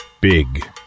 big